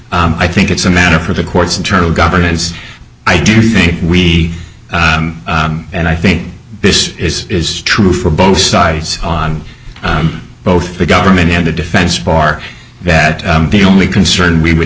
i think it's a matter for the courts internal governance i do think we and i think this is true for both sides on both the government and the defense bar bat the only concern we would